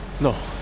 No